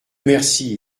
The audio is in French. merci